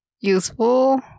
useful